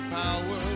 power